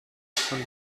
von